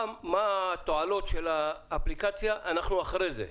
מה התועלות של האפליקציה, אנחנו אחרי זה.